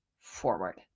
forward